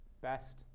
best